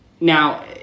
now